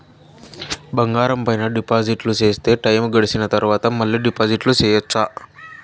బంగారం పైన డిపాజిట్లు సేస్తే, టైము గడిసిన తరవాత, మళ్ళీ డిపాజిట్లు సెయొచ్చా?